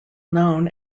known